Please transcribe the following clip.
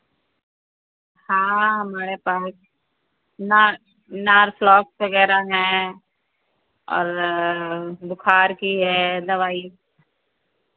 हाँ हमारे पास ना नॉर्फ्लॉक्स वग़ैरह है और बुखार की है दवाई